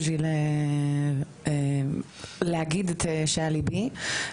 בשביל להגיד את שעל ליבי.